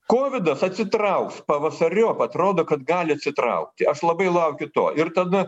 kovidas atsitrauks pavasariop atrodo kad gali atsitraukti aš labai laukiu to ir tada